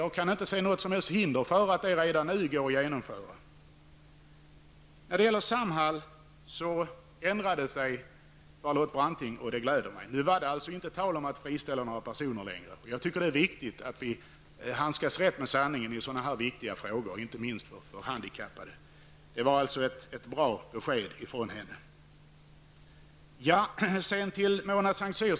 Jag kan inte se någonting som hindrar att idén genomförs redan nu. Charlotte Branting ändrade sig i fråga om Samhall, och det gläder mig. Det var nu inte alls tal om att friställa några personer. Jag tycker att det är viktigt att vi handskas rätt med sanningen i dessa viktiga frågor för inte minst handikappade. Det var alltså ett bra besked jag fick av Charlotte Branting.